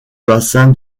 bassin